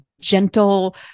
gentle